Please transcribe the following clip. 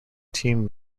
team